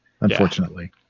unfortunately